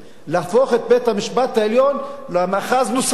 להפוך את בית-המשפט העליון למאחז נוסף.